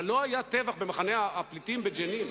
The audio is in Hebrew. אבל לא היה טבח במחנה הפליטים בג'נין.